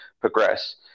progress